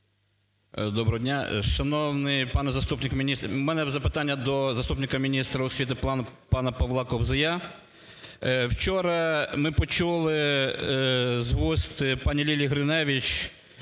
Доброго дня! Шановний пане заступник міністра, у мене запитання до заступника міністра освіти пана Павла Хобзея. Вчора ми почули з вуст пані Лілії Гриневич,